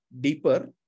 deeper